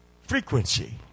Frequency